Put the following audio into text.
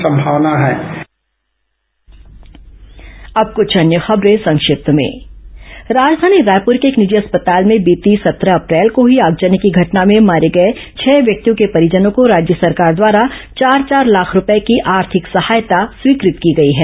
संक्षिप्त समाचार राजधानी रायपुर के एक निजी अस्पताल में बीती सत्रह अप्रैल को हुई आगजनी की घटना में मारे गए छह व्यक्तियों के परिजनों ँको राज्य सरकार द्वारा चार चार लाख रूपये की ऑर्थिक सहायता स्वीकत की गई है